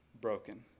broken